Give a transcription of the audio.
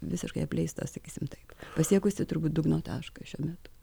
visiškai apleista sakysim taip pasiekusi turbūt dugno tašką šiuo metu